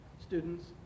students